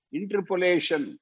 Interpolation